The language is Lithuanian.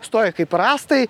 stovi kaip rąstai